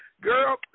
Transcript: Girl